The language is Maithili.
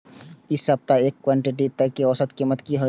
इ सप्ताह एक क्विंटल धान के औसत कीमत की हय?